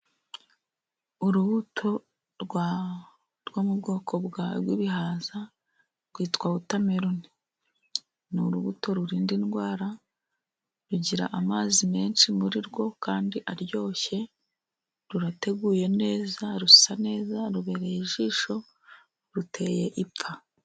Urubuto rwa ,rwo mu bwoko bw'ibihaza. Rwitwa watameloni. Ni urubuto rurinda indwara. Rugira amazi menshi muri rwo kandi aryoshye. Rurateguye neza rusa neza. Rubereye ijisho ruteye ipfa.